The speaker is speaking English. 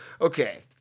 Okay